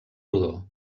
rodó